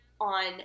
on